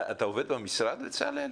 אתה עובד במשרד בצלאל?